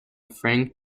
frank